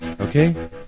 Okay